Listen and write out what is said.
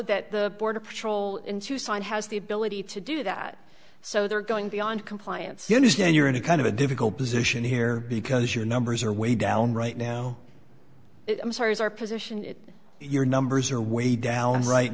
that the border patrol in tucson has the ability to do that so they're going beyond compliance then you're in a kind of a difficult position here because your numbers are way down right now i'm sorry our position in your numbers are way down right